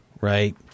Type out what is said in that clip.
right